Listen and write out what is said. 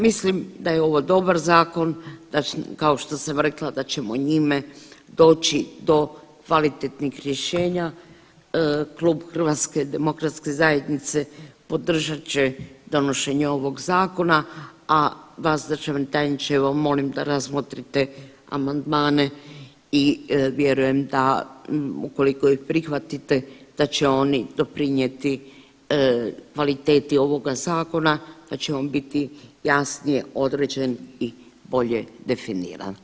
Mislim da je ovo dobar zakon, kao što sam rekla da ćemo njime doći do kvalitetnih rješenja, klub HDZ-a podržat će donošenje ovog zakona, a vas državni tajniče evo molim da razmotrite amandmane i vjerujem da ukoliko ih prihvatite da će oni doprinijeti kvaliteti ovoga zakona, da će on biti jasnije određen i bolje definiran.